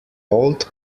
old